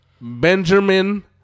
Benjamin